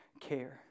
care